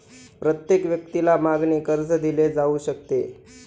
प्रत्येक व्यक्तीला मागणी कर्ज दिले जाऊ शकते